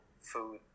food